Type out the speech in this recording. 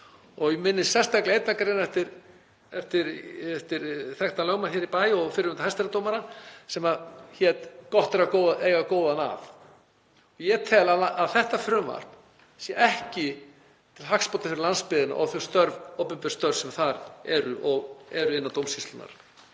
Ég minnist sérstaklega einnar greinar eftir þekktan lögmann hér í bæ og fyrrum hæstaréttardómara sem hét „Gott er að eiga góðan að“. Ég tel að þetta frumvarp sé ekki til hagsbóta fyrir landsbyggðina og þau opinberu störf sem þar eru og eru innan dómsýslunnar.